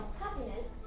happiness